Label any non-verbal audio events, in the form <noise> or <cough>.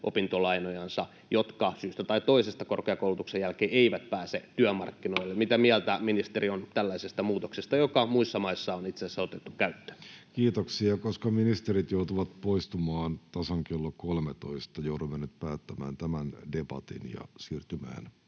opintolainoja, jotka syystä tai toisesta korkeakoulutuksen jälkeen eivät pääse työmarkkinoille. <noise> Mitä mieltä ministeri on tällaisesta muutoksesta, joka muissa maissa on itse asiassa otettu käyttöön? Kiitoksia. — Koska ministerit joutuvat poistumaan tasan kello 13, joudumme nyt päättämään tämän debatin ja siirtymään